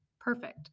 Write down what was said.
Perfect